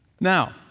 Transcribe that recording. Now